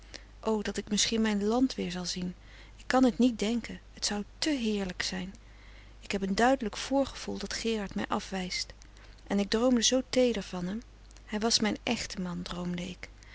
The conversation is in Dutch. dat ik misschien mijn land weer zal zien ik kan het niet denken het frederik van eeden van de koele meren des doods zou te heerlijk zijn ik heb een duidelijk voorgevoel dat gerard mij afwijst en ik droomde zoo teeder van hem hij was mijn echte man droomde ik